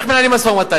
איך מנהלים משא-ומתן?